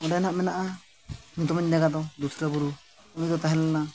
ᱚᱸᱰᱮᱱᱟᱜ ᱢᱮᱱᱟᱜᱼᱟ ᱧᱩᱛᱩᱢᱟᱱ ᱡᱟᱭᱜᱟ ᱫᱚ ᱫᱩᱥᱨᱟᱹ ᱵᱩᱨᱩ ᱩᱱᱤ ᱫᱚ ᱛᱟᱦᱮᱸ ᱞᱮᱱᱟ